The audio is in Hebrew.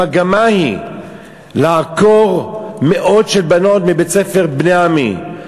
המגמה היא לעקור מאות בנות מבית-ספר "בני עמי",